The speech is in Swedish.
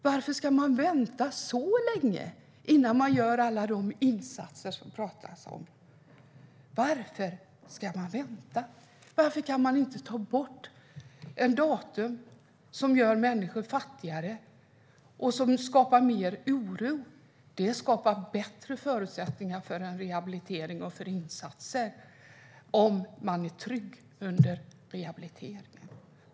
Varför ska man vänta så länge innan man gör alla de insatser som det pratas om? Varför ska man vänta? Varför kan man inte ta bort ett datum som gör människor fattigare och skapar mer oro? Om man är trygg under rehabiliteringen skapas bättre förutsättningar för rehabilitering och insatser.